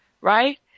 right